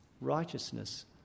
Righteousness